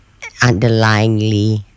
underlyingly